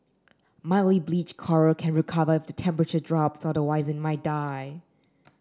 mildly bleached coral can recover if the temperature drops otherwise it may die